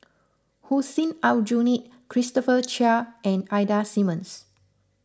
Hussein Aljunied Christopher Chia and Ida Simmons